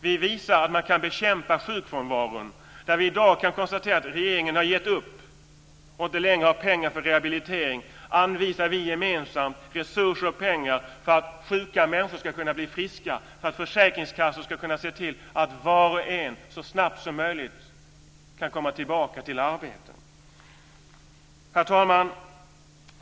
Vi visar att man kan bekämpa sjukfrånvaron. Där vi i dag kan konstatera att regeringen har gett upp och inte längre har pengar för rehabilitering anvisar vi gemensamt resurser och pengar för att sjuka människor ska kunna blir friska och för att försäkringskassor ska kunna se till att var och en så snabbt som möjligt kan komma tillbaka till arbete. Herr talman!